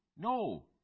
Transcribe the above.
no